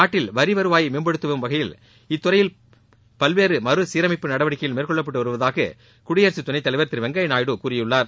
நாட்டில் வரி வருவாயை மேம்படுத்தும் வகையில் இத்துறையில் பல்வேறு மறுசீரமைப்பு நடவடிக்கைகள் மேற்கொள்ளப்பட்டு வருவதாக குடியரசுத் துணைத் தலைவர் திரு வெங்கய்யா நாயுடு கூறியுள்ளார்